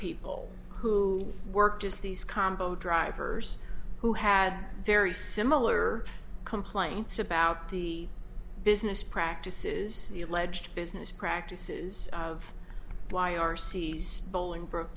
people who worked as these combo drivers who had very similar complaints about the business practices the alleged business practices of why are c bolingbroke